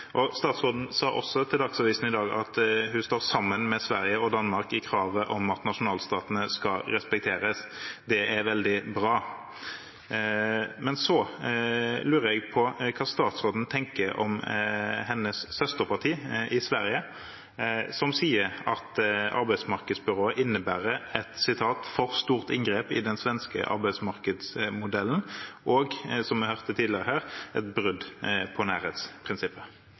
og statsråden sa også til Dagsavisen i dag at hun står sammen med Sverige og Danmark i kravet om at nasjonalstatene skal respekteres. Det er veldig bra. Men så lurer jeg på hva statsråden tenker om hennes søsterparti i Sverige, som sier at arbeidsmarkedsbyrået innebærer et for stort inngrep i den svenske arbeidsmarkedsmodellen, og, som vi hørte tidligere her, et brudd på nærhetsprinsippet.